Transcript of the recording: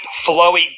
flowy